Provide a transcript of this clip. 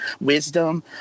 wisdom